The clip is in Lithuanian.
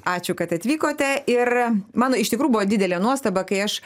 ačiū kad atvykote ir mano iš tikrųjų buvo didelė nuostaba kai aš